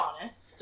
honest